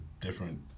different